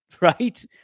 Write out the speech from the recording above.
right